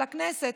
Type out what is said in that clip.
על הכנסת.